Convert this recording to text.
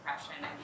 depression